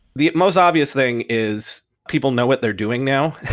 the most obvious thing is people know what they're doing now.